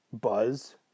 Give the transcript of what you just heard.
buzz